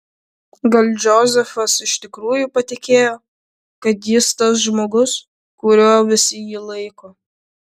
gal džozefas iš tikrųjų patikėjo kad jis tas žmogus kuriuo visi jį laiko